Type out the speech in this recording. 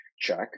check